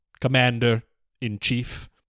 Commander-in-chief